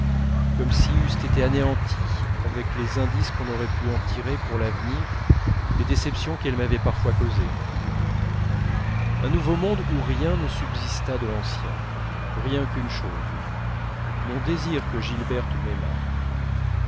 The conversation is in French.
comme si eussent été anéanties avec les indices qu'on aurait pu en tirer pour l'avenir les déceptions qu'elle m'avait parfois causées un nouveau monde où rien ne subsistât de l'ancien rien qu'une chose mon désir que gilberte